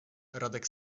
radek